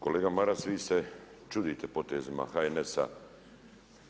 Kolega Maras, vi se čudite potezima HNS-a.